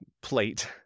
plate